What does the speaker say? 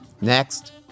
Next